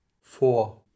four